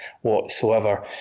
whatsoever